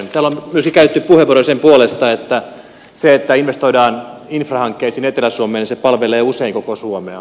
täällä on myöskin käytetty puheenvuoroja sen puolesta että se että investoidaan infrahankkeisiin etelä suomessa palvelee usein koko suomea